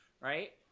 right